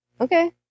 okay